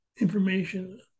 information